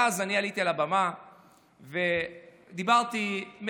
ואז אני עליתי על הבמה ודיברתי מהלב,